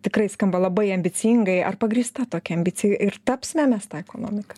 tikrai skamba labai ambicingai ar pagrįsta tokia ambicija ir tapsime mes ta ekonomika